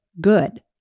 Good